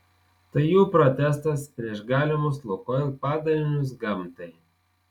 tai jų protestas prieš galimus lukoil padarinius gamtai